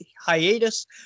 hiatus